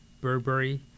burberry